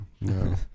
No